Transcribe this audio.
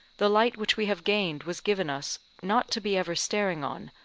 the light which we have gained was given us, not to be ever staring on,